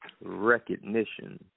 Recognition